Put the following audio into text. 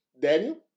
Daniel